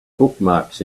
bookmarks